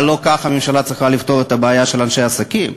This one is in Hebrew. אבל לא ככה הממשלה צריכה לפתור את הבעיה של אנשי עסקים.